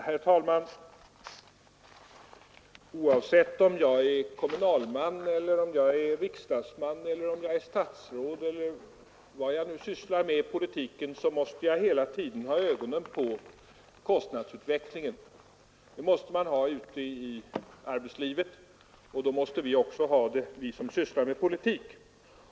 Herr talman! Oavsett om jag är kommunalman, riksdagsman, statsråd eller vad jag sysslar med i politiken måste jag hela tiden ha ögonen på kostnadsutvecklingen. Det måste man ha ute i arbetslivet, och då måste vi som sysslar med politik också ha det.